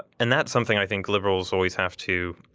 and that's something i think liberals always have to